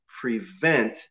prevent